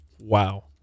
Wow